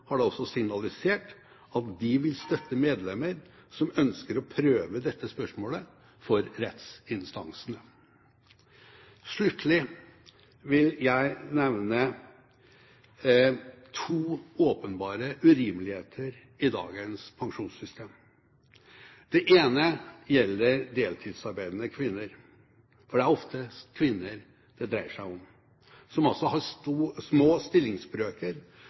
har da også signalisert at de vil støtte medlemmer som ønsker å prøve dette spørsmålet for rettsinstansene. Sluttelig vil jeg nevne to åpenbare urimeligheter i dagens pensjonssystem. Det ene gjelder deltidsarbeidende kvinner – for det er oftest kvinner det dreier seg om – som har små stillingsbrøker,